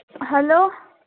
hello